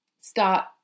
Start